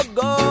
go